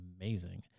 amazing